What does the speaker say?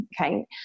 okay